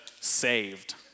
saved